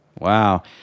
Wow